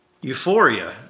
euphoria